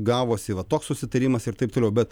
gavosi va toks susitarimas ir taip toliau bet